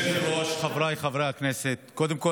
חבר הכנסת חמד עמאר, בבקשה.